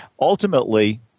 Ultimately